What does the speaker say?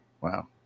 Wow